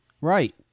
right